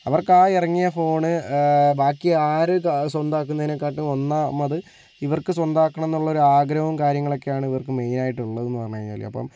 അവർക്ക് ആ ഇറങ്ങിയ ഫോൺ ബാക്കി ആര് സ്വന്തമാക്കുന്നതിനെക്കാട്ടിലും ഒന്നാമത് ഇവർക്ക് സ്വന്തമാക്കണമെന്നുള്ള ഒരാഗ്രഹവും കാര്യങ്ങളൊക്കെയാണ് ഇവർക്ക് മെയ്നായിട്ട് ഉള്ളതെന്ന് പറഞ്ഞ് കഴിഞ്ഞാല് അപ്പോൾ